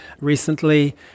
recently